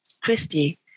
Christy